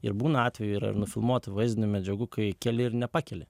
ir būna atvejų yra ir nufilmuotų vaizdinių medžiagų kai keli ir nepakeli